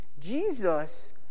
Jesus